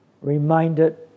reminded